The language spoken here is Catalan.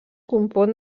compon